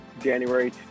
January